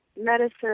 medicine